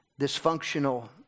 dysfunctional